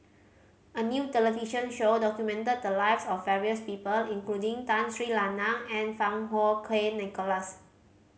a new television show documented the lives of various people including Tun Sri Lanang and Fang Kuo Wei Nicholas